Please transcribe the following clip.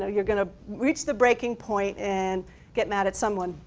ah you are gonna reach the breaking point and get mad at someone.